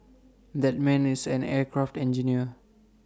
that man is an aircraft engineer